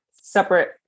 separate